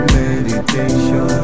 meditation